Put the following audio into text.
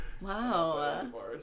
Wow